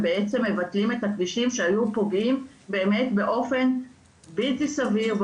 ובעצם מבטלים את הכבישים שהיו פוגעים באמת באופן בלתי סביר,